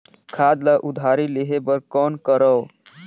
खाद ल उधारी लेहे बर कौन करव?